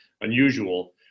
unusual